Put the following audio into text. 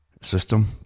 system